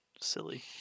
Silly